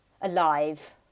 alive